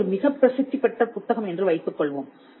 அது ஒரு மிகப் பிரசித்தி பெற்ற புத்தகம் என்று வைத்துக்கொள்வோம்